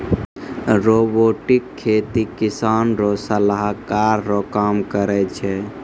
robotic खेती किसान रो सलाहकार रो काम करै छै